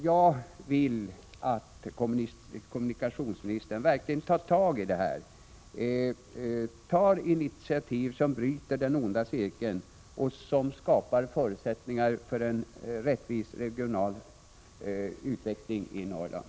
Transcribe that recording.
Jag vill att kommunikationsministern verkligen tar tag i det här problemet, tar initiativ som bryter den onda cirkeln och skapar förutsättningar för en 51 rättvis regional utveckling i Norrland.